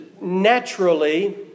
naturally